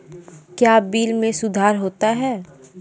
क्या बिल मे सुधार होता हैं?